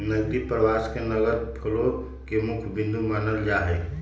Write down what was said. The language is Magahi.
नकदी प्रवाह के नगद फ्लो के मुख्य बिन्दु मानल जाहई